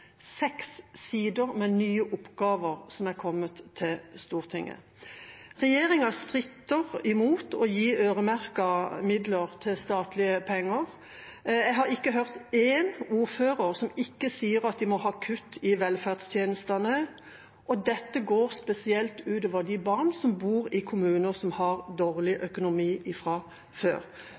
å gi øremerkede midler – statlige penger. Jeg har ikke hørt én ordfører som ikke sier at de må ha kutt i velferdstjenestene, og dette går spesielt ut over de barna som bor i kommuner som har dårlig økonomi fra før.